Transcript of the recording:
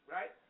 Right